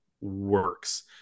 works